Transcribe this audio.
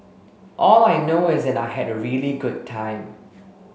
all I know is that I had a really good time